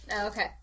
Okay